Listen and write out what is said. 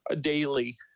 daily